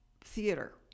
theater